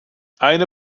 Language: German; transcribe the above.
eine